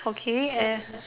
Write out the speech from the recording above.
okay and